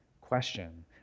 question